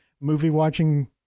movie-watching